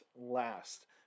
last